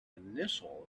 initial